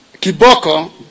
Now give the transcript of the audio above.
kiboko